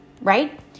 Right